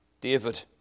David